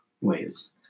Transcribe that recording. ways